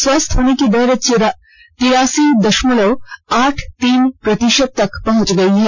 स्वस्थ होने की दर तिरासी दशमलव आठ तीन प्रतिशत तक पहुंच गई है